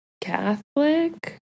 Catholic